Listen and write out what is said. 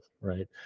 right